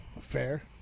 fair